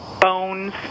bones